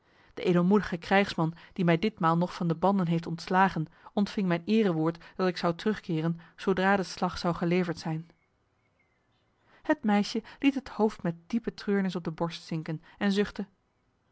de edelmoedige krijgsman die mij ditmaal nog van de banden heeft ontslagen ontving mijn erewoord dat ik zou terugkeren zodra de slag zou geleverd zijn het meisje liet het hoofd met diepe treurnis op de borst zinken en